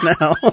now